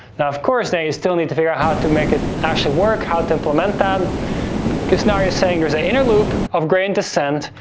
now, of course, now you still need to figure out how to make it actually work, how to implement that cause now you're saying there's an inner loop of gradient decent.